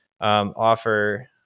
offer